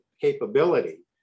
capability